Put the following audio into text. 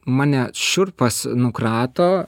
mane šiurpas nukrato